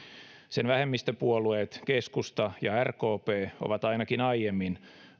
sen vähemmistöpuolueet keskusta ja rkp ovat ainakin aiemmin